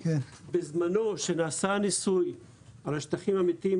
בזמנו כשנעשה הניסוי על השטחים המתים,